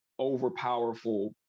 overpowerful